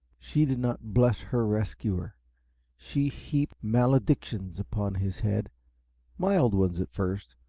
she did not bless her rescuer she heaped maledictions upon his head mild ones at first,